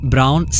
Brown